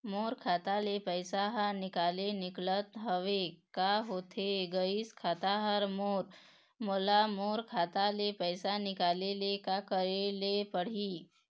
मोर खाता ले पैसा हर निकाले निकलत हवे, का होथे गइस खाता हर मोर, मोला मोर खाता ले पैसा निकाले ले का करे ले पड़ही?